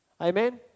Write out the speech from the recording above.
Amen